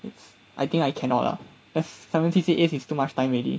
it's I think I cannot lah s~ seventy C_C_As is too much time already